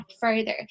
further